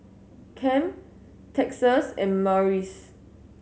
Kem Texas and Marius